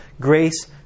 grace